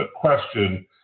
question